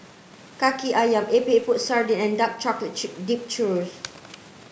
Kaki Ayam Epok Epok Sardin and dark dipped Churro